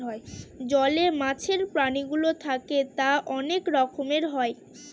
জলে মাছের প্রাণীগুলো থাকে তা অনেক রকমের হয়